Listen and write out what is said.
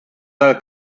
dal